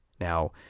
Now